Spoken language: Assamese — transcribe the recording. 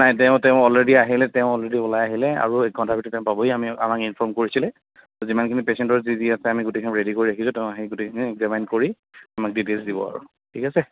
নাই তেওঁ তেওঁ অলৰেদি আহিলে তেওঁ অলৰেদি ওলাই আহিলে আৰু এক ঘণ্টাৰ ভিতৰতে পাবহি আমি আমাক ইনফৰ্ম কৰিছিলে যিমানখিনি পেচেণ্টৰ যি যি আছে আমি গোটেইখিনি ৰেডি কৰি ৰাখিছো তেওঁ আহি গোটেইখিনি একজামাইন কৰি আমাক ডিটেইলছ দিব আৰু ঠিক আছে